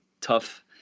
tough